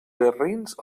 garrins